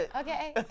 Okay